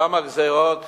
אותן הגזירות